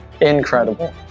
Incredible